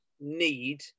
need